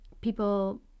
people